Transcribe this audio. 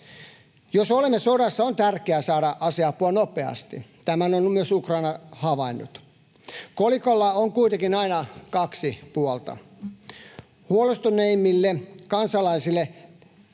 Jos olemme sodassa, on tärkeää saada aseapua nopeasti. Tämän on myös Ukraina havainnut. Kolikolla on kuitenkin aina kaksi puolta. Palautteen mukaan